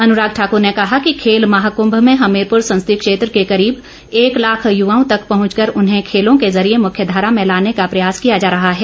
अनुराग ठाक्र ने कहा कि खेल महाकंभ में हमीरपुर संसदीय क्षेत्र के करीब एक लाख युवाओं तक पहंच कर उन्हें खेलों के जरिए मुख्य धारा में लाने का प्रयास किया जा रहा है